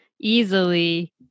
easily